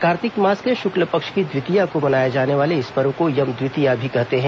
कार्तिक मास के शुक्ल पक्ष की द्वितीया को मनाए जाने वाले इस पर्व को यम द्वितीया भी कहते हैं